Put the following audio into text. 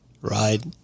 Right